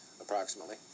approximately